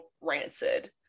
rancid